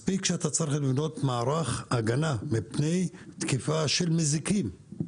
מספיק שאתה צריך לבנות מערך הגנה מפני תקיפה של מזיקים,